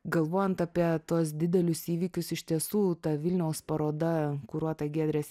galvojant apie tuos didelius įvykius iš tiesų ta vilniaus paroda kuruota giedrės